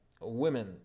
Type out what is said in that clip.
women